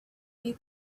you